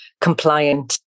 compliant